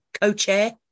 co-chair